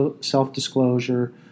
self-disclosure